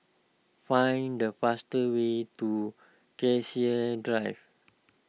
find the faster way to Cassia Drive